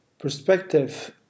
perspective